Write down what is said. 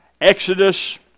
Exodus